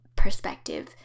perspective